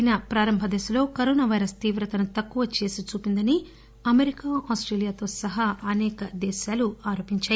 China ప్రారంభదశలో corona virus తీవ్రతను తక్కువ చేసి చూపిందని అమెరికా ఆస్టేలియా తో సహా అసేక దేశాలు ఆరోపించాయి